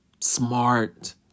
Smart